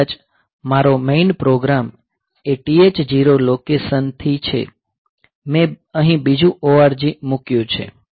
પછી કદાચ મારો મેઈન પ્રોગ્રામ એ 8000 H લોકેશન થી છે મેં અહીં બીજું ORG મૂક્યું છે